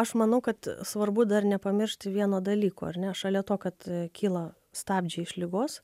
aš manau kad svarbu dar nepamiršti vieno dalyko ar ne šalia to kad kyla stabdžiai iš ligos